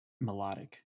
melodic